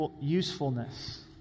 usefulness